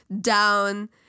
down